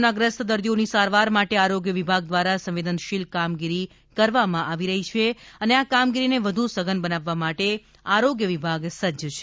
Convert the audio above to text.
કોરોનાગ્રસ્ત દર્દીઓની સારવાર માટે આરોગ્ય વિભાગ દ્વારા સંવેદનશીલ કામગીરી કરવામાં આવી રહી છે અને આ કામગીરીને વધુ સઘન બનાવવા માટે આરોગ્ય વિભાગ સજ્જ છે